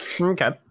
Okay